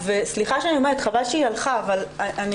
סליחה שאני אומרת חבל שהיא הלכה ואני